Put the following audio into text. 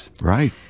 Right